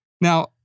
Now